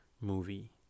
movie